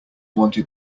wanted